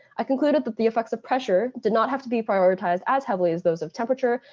i concluded that the effects of pressure did not have to be prioritized as heavily as those of temperature,